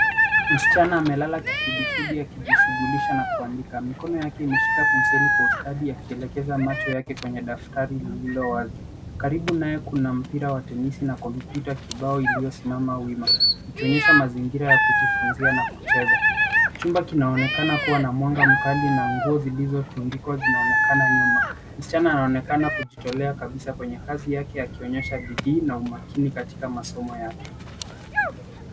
Msichana amelala kifudifudi akijishughulisha na kuandika. Mikono yake imeshika penseli kwa ustadi akielekeza macho yake kwenye daftari lililowazi. Karibu naye kuna mpira wa tenisi na kompyuta kibao iliyosimama wima, ikionyesha mazingira ya kujifunzia na kucheza. Chumba kinaonekana kuwa na mwanga mkali na nguo zilizotundikwa zinaonekana nyuma. Msichana anaonekana kujitolea kabisa kwenye kazi yake, akionyesha bidii na umakini katika masomo yake.